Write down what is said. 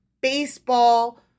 baseball